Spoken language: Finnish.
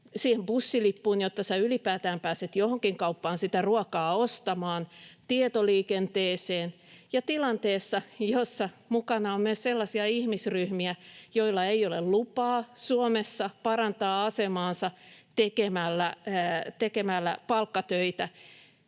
siihen bussilippuun, jotta sinä ylipäätään pääset johonkin kauppaan sitä ruokaa ostamaan, tietoliikenteeseen ja tilanteessa, jossa mukana on myös sellaisia ihmisryhmiä, joilla ei ole lupaa Suomessa parantaa asemaansa tekemällä palkkatöitä